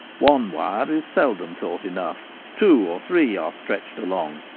one wire is seldom thought enough. two or three are stretched along,